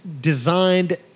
designed